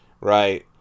Right